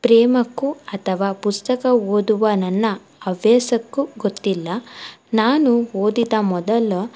ಪ್ರೇಮಕ್ಕೂ ಅಥವಾ ಪುಸ್ತಕ ಓದುವ ನನ್ನ ಹವ್ಯಾಸಕ್ಕೂ ಗೊತ್ತಿಲ್ಲ ನಾನು ಓದಿದ ಮೊದಲ